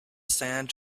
sand